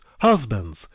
husbands